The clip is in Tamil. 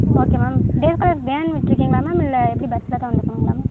okay ma'am days scholar van விட்ருக்கீங்களா மேம் இல்லை எப்படி பஸில் தான் வந்து போவாங்களா மேம்